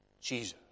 Jesus